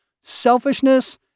Selfishness